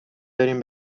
بریم